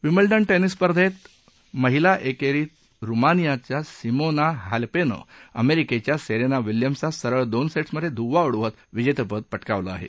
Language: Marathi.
विम्बल्डन निस स्पर्धेत महिला एकेरीत रुमानियाच्या सिमोना हालेपनं अमेरिकेच्या सेरेना विल्यम्सचा सरळ दोन सेझिमध्ये धुव्वा उडवत विजेतेपद प क्रिकलं आहे